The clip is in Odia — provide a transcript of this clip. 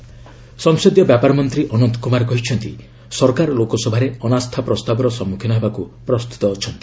ଅନନ୍ତ ନୋ କନ୍ଫିଡେନ୍ସ ସଂସଦୀୟ ବ୍ୟାପାର ମନ୍ତ୍ରୀ ଅନନ୍ତ କୁମାର କହିଛନ୍ତି ସରକାର ଲୋକସଭାରେ ଅନାସ୍ଥାପ୍ରସ୍ତାବର ସମ୍ମୁଖୀନ ହେବାକୁ ପ୍ରସ୍ତୁତ ଅଛନ୍ତି